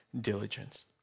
diligence